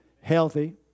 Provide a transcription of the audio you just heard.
healthy